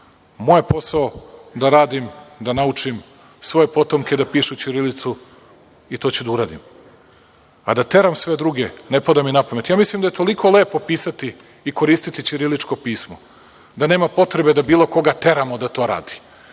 Moj je posao da radim, da naučim svoje potomke da pišu ćirilicu i to ću da uradim. A da teram sve druge, ne pada mi napamet. Mislim da je toliko lepo pisati i koristiti ćiriličko pismo da nema potrebe da nema potrebe da bilo koga teramo da to radi.